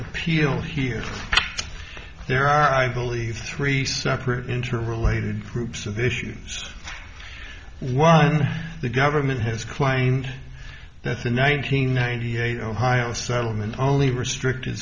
appeal here there are i believe three separate interrelated groups of issues the government has claimed that the nine hundred ninety eight ohio settlement only restricted